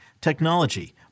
technology